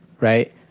right